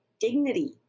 dignity